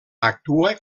actua